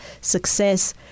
success